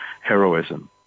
heroism